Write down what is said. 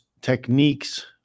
techniques